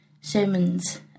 sermons